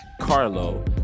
Carlo